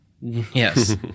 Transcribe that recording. Yes